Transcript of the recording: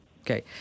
Okay